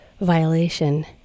violation